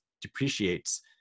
depreciates